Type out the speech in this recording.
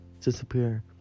disappear